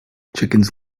chickens